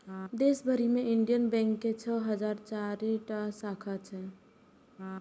देश भरि मे इंडियन बैंक के छह हजार चारि टा शाखा छै